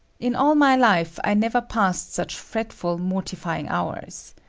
in all my life, i never passed such fretful, mortifying hours.